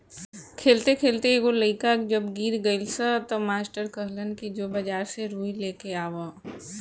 खेलते खेलते एगो लइका जब गिर गइलस त मास्टर कहलन कि जो बाजार से रुई लेके आवा